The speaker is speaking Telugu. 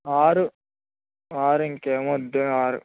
ఆరు ఆరు ఇంకేమీ వద్దు ఆరు